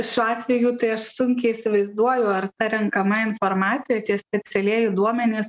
šiuo atveju tai aš sunkiai įsivaizduoju ar ta renkama informacija tie specialieji duomenys